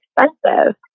expensive